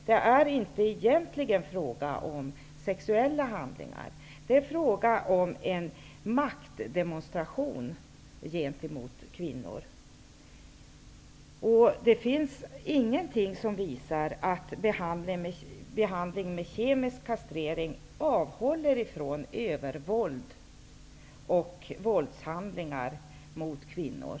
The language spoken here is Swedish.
Det är egentligen inte fråga om sexuella handlingar, utan om en maktdemonstration gentemot kvinnor. Det finns ingenting som visar att behandling i form av kemisk kastrering avhåller ifrån övervåld och våldshandlingar mot kvinnor.